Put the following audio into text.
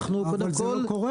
אנחנו קודם כל --- אבל זה לא קורה.